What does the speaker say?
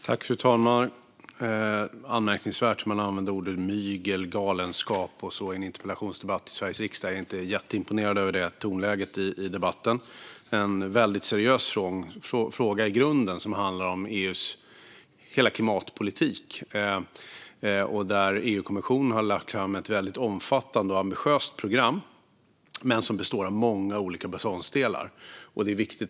Fru talman! Det är anmärkningsvärt att man använder ord som "mygel" och "galenskap" i en interpellationsdebatt i Sveriges riksdag. Jag är inte jätteimponerad av det tonläget i debatten. Det här är i grunden en väldigt seriös fråga som handlar om EU:s hela klimatpolitik, där EU-kommissionen lagt fram ett program som är väldigt omfattande och ambitiöst men som består av många olika delar.